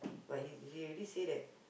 but he he already say that